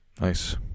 Nice